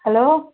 hello